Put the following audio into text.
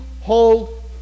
hold